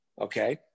Okay